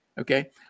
okay